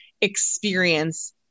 experience